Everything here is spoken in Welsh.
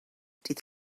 dydd